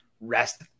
rest